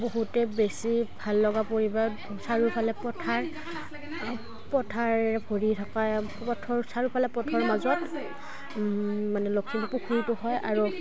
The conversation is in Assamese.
বহুতেই বেছি ভাল লগা পৰিৱেশ চাৰিওফালে পথাৰ পথাৰেৰে ভৰি থকা পথৰ চাৰিওফালে পথৰ মাজত মানে লখিমপুৰ পুখুৰীটো হয় আৰু